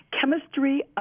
Chemistry